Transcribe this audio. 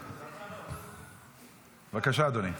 בבקשה, אדוני.